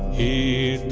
a